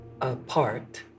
apart